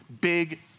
big